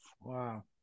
Wow